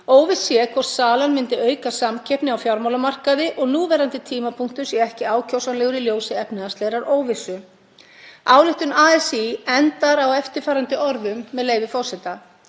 Óvíst sé hvort salan myndi auka samkeppni á fjármálamarkaði og núverandi tímapunktur sé ekki ákjósanlegur í ljósi efnahagslegrar óvissu.“ Ályktun ASÍ endar á eftirfarandi orðum, með leyfi forseta: